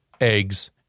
eggs